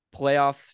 playoffs